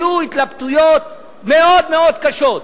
היו התלבטויות מאוד מאוד קשות.